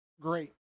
great